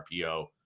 RPO